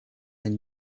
and